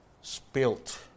spilt